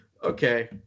Okay